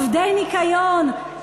עובדי ניקיון.